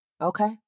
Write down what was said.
Okay